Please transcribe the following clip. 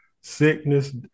sickness